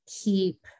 keep